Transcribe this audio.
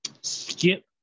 Skip